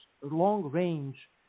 long-range